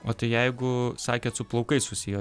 o tai jeigu sakėt su plaukais susiję